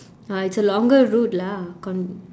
ah it's a longer route lah con~